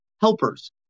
helpers